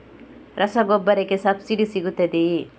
ರಸಗೊಬ್ಬರಕ್ಕೆ ಸಬ್ಸಿಡಿ ಸಿಗುತ್ತದೆಯೇ?